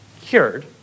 cured